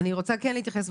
אני רוצה להתייחס,